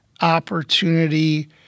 opportunity